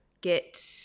get